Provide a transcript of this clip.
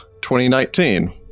2019